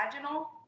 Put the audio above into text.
vaginal